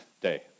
Day